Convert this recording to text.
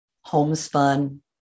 homespun